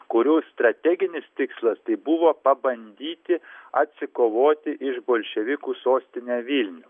kurių strateginis tikslas tai buvo pabandyti atsikovoti iš bolševikų sostinę vilnių